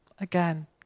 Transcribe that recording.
again